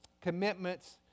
commitments